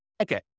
Okay